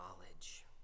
knowledge